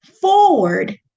Forward